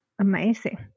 amazing